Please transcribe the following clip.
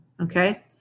Okay